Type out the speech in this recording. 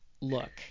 look